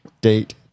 date